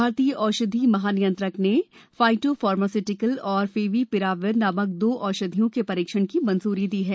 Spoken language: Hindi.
भारतीय औषध महानियंत्रक ने फाइटोफार्मास्य्टिकल और फेविपिराविर नामक दो औषधियों के परीक्षण की मंजूरी दी है